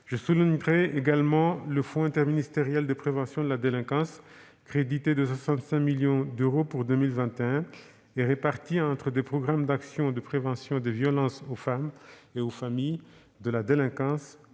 Je soulignerai également la situation du fonds interministériel de prévention de la délinquance, crédité de 65 millions d'euros pour 2021 répartis entre des programmes d'actions de prévention des violences faites aux femmes et aux familles, de prévention